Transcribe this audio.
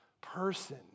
person